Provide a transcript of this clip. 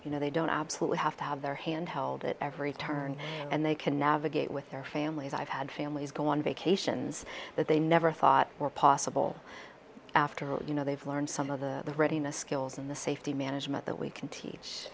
you know they don't absolutely have to have their hand held at every turn and they can navigate with their families i've had families go on vacations but they never thought were possible after you know they've learned some of the readiness skills in the safety management that we can teach